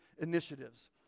initiatives